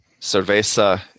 Cerveza